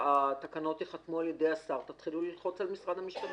שהתקנות יחתמו על ידי השר תתחילו ללחוץ על משרד המשפטים.